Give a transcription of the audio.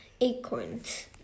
acorns